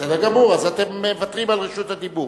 בסדר גמור, אז אתם מוותרים על רשות הדיבור.